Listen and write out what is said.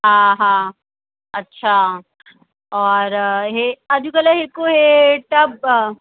हा हा अच्छा और इहे अॼकल्ह हिकु इहे टब